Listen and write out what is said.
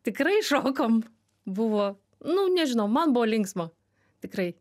tikrai šokom buvo nu nežinau man buvo linksma tikrai